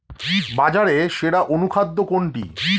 বাজারে সেরা অনুখাদ্য কোনটি?